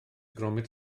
gromit